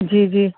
जी जी